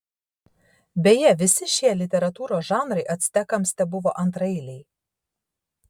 beje visi šie literatūros žanrai actekams tebuvo antraeiliai